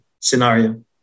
scenario